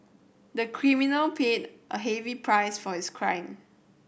the criminal paid a heavy price for his crime